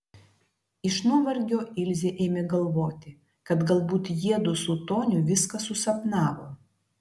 iš nuovargio ilzė ėmė galvoti kad galbūt jiedu su toniu viską susapnavo